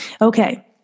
Okay